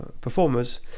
performers